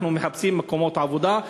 אנחנו מחפשים מקומות עבודה,